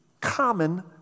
common